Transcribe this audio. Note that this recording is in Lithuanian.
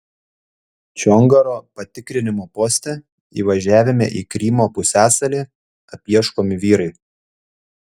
čongaro patikrinimo poste įvažiavime į krymo pusiasalį apieškomi vyrai